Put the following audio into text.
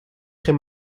geen